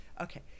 Okay